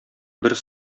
бер